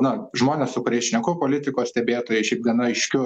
na žmonės su kuriais šneku politikos stebėtojai šiaip gana aiškiu